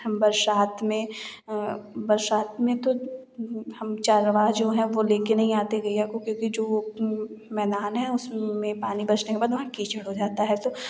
हम बरसात में बरसात में तो हम चरवाहा जो है वह लेकर नहीं आते गैया को क्योंकि जो वह मैदान है उसमें पानी बरसने के बाद वहाँ कीचड़ हो जाता है तो